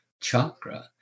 chakra